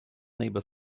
neighbor